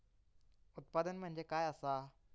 उत्पादन म्हणजे काय असा?